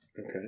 Okay